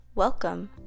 Welcome